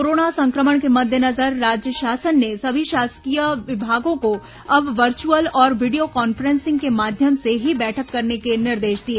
corona संक्रमण के मद्देनजर राज्य शासन ने सभी शासकीय विभागों को अब वचुर्अल और वीडियो कान्फ्रेंसिंग के माध्यम से ही बैठक करने के निर्देश दिए